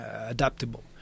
adaptable